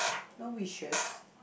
no wishes